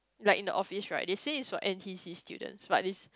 like in the office right they say is for N_T_C students but it's